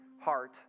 heart